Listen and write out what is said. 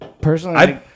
Personally